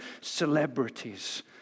celebrities